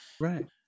Right